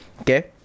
Okay